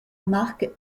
marque